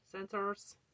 sensors